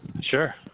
Sure